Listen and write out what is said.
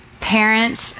parents